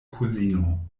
kuzino